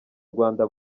rwanda